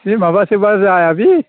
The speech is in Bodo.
एसे माबासोबा जाया बे